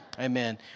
Amen